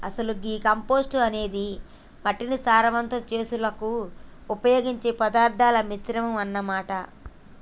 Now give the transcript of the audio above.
అసలు గీ కంపోస్టు అనేది మట్టిని సారవంతం సెసులుకు ఉపయోగించే పదార్థాల మిశ్రమం అన్న మాట